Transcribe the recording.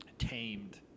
tamed